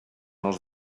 els